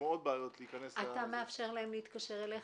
אתה מאפשר להם להתקשר אליך?